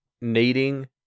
needing